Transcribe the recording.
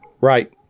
Right